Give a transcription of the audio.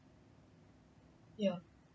ya